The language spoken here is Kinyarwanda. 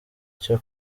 cyo